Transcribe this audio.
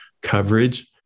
coverage